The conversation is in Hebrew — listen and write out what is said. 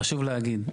חשוב להגיד,